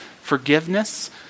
forgiveness